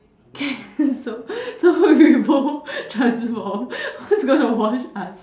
okay so so we both transform who's going to wash us